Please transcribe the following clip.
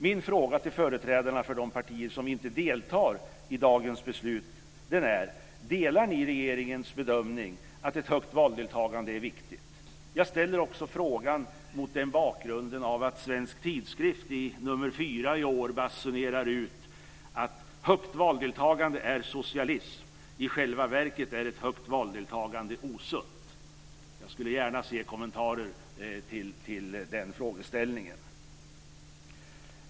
Min fråga till företrädarna för de partier som inte deltar i dagens beslut är: Delar ni regeringens bedömning att ett högt valdeltagande är viktigt? Jag ställer frågan också mot bakgrund av att man i Svensk Tidskrift nr 4 i år basunerar ut att högt valdeltagande är socialism - i själva verket är ett högt valdeltagande osunt. Jag skulle gärna vilja få kommentarer till den frågeställningen.